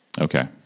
Okay